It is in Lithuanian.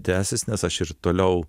tęsis nes aš ir toliau